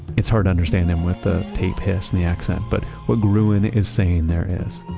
it's hard to understand him with the tape hiss and the accent, but what gruen is saying there is,